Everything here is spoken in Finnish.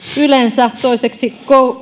yleensä toiseksi